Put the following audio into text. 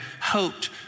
hoped